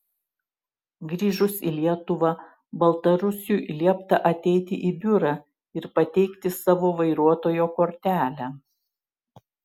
grįžus į lietuvą baltarusiui liepta ateiti į biurą ir pateikti savo vairuotojo kortelę